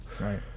Right